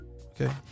Okay